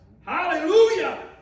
Hallelujah